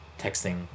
texting